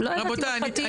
לא יודעת אם הלכתיים,